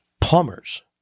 plumbers